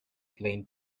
plain